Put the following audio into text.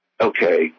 okay